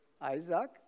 Isaac